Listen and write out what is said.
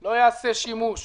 לא יעשה שימוש